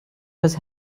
was